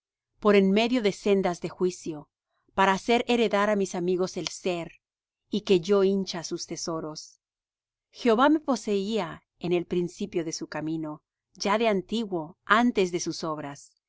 por en medio de sendas de juicio para hacer heredar á mis amigos el ser y que yo hincha sus tesoros jehová me poseía en el principio de su camino ya de antiguo antes de sus obras